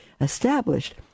established